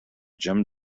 jim